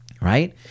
right